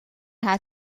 haar